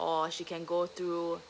or she can go through